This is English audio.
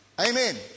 Amen